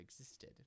existed